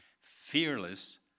fearless